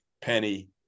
Penny